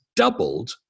doubled